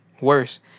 worse